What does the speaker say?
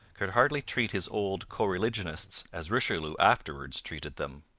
could hardly treat his old co-religionists as richelieu afterwards treated them.